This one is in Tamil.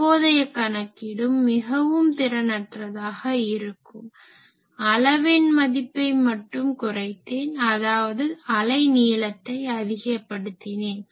இப்போதைய கணக்கீடும் மிகவும் திறனற்றதாக இருக்கும் அலைவெண் மதிப்பை மட்டும் குறைத்தேன் அதாவது அலை நீளத்தை அதிகப்படுத்தினேன்